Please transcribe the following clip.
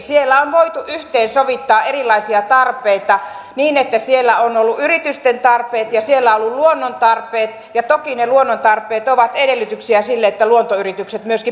siellä on voitu yhteensovittaa erilaisia tarpeita niin että siellä ovat olleet yritysten tarpeet ja siellä ovat olleet luonnon tarpeet ja toki ne luonnon tarpeet ovat edellytyksiä sille että luontoyritykset myöskin pärjäävät